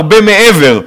הרבה מעבר,